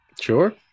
Sure